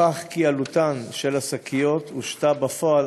הוכח כי עלותן של השקיות הושתה בפועל